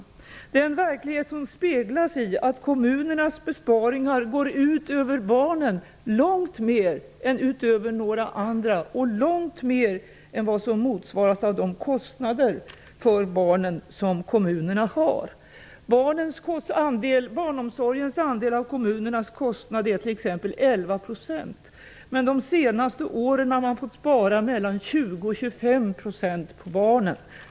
Det är den verklighet som avspeglas i att kommunernas besparingar går ut över barnen, långt mer än utöver några andra och långt mer än vad som motsvaras av de kostnader för barnen som kommunerna har. Barnomsorgens andel av kommunernas kostnader är t.ex. 11 %, men de senaste åren har man fått spara mellan 20 och 25 % på barnen.